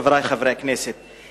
חברי חברי הכנסת,